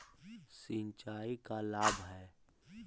सिंचाई का लाभ है?